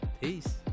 Peace